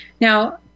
Now